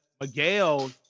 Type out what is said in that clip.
Miguel